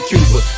Cuba